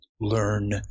Learn